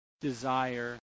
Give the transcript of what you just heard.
desire